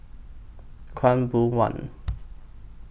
Khaw Boon Wan